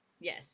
Yes